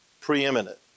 preeminent